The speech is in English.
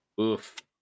oof